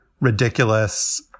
ridiculous